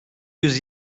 yüz